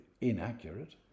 inaccurate